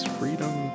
freedom